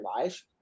life